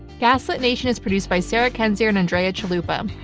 gaslit nation is produced by sarah kendzior and andrea chalupa.